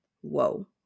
Whoa